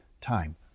time